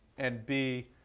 and b,